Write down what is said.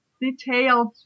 detailed